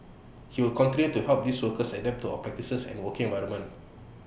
he will continue to help these workers adapt to our practices and working environment